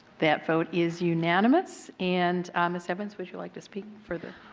that vote is unanimous. and mrs. evans would you like to speak further.